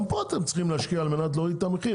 גם פה אתם צריכים להשקיע ולהוריד את המחיר.